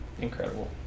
incredible